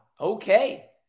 Okay